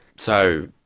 so